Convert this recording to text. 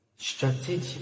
strategy